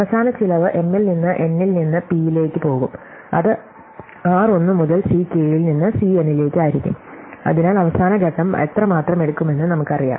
അവസാന ചെലവ് m ൽ നിന്ന് n ൽ നിന്ന് p ലേക്ക് പോകും അത് r 1 മുതൽ C k ൽ നിന്ന് C n ലേക്ക് ആയിരിക്കും അതിനാൽ അവസാന ഘട്ടം എത്രമാത്രം എടുക്കുമെന്ന് നമുക്കറിയാം